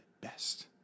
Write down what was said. best